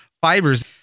fibers